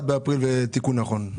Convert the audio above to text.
1 באפריל ותיקון נכון.